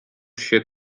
się